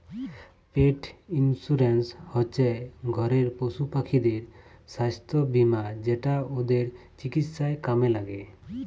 পেট insurance হচ্যে ঘরের পশুপাখিদের সাস্থ বীমা যেটা ওদের চিকিৎসায় কামে ল্যাগে